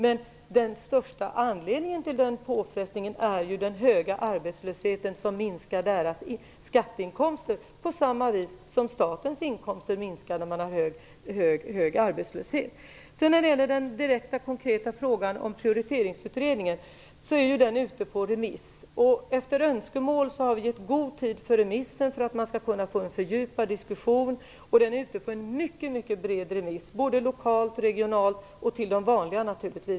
Men den största anledningen till den påfrestningen är ju den höga arbetslösheten som minskar deras skatteinkomster på samma vis som statens inkomster minskar när man har hög arbetslöshet. När det gäller den konkreta frågan om Prioriteringsutredningen kan jag säga att den är ute på remiss. Efter önskemål har vi gett god tid för remissen för att man skall kunna få en fördjupad diskussion. Den är ute på en mycket bred remiss lokalt, regionalt och till de vanliga.